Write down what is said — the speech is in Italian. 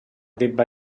debba